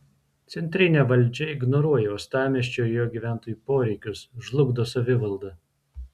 centrinė valdžia ignoruoja uostamiesčio ir jo gyventojų poreikius žlugdo savivaldą